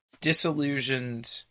disillusioned